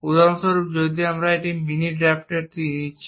উদাহরণস্বরূপ যদি আমরা আপনার মিনি ড্রাফটারটি নিচ্ছি